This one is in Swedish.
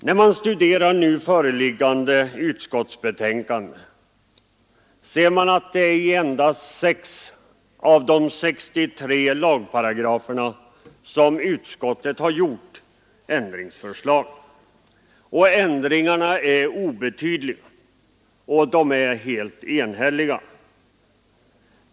När man studerar det nu föreliggande utskottsbetänkandet ser man att det endast är i sex av de 63 lagparagraferna som utskottet har gjort ändringsförslag, och ändringarna är obetydliga och helt enhälliga.